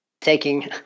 Taking